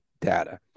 data